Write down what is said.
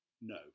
No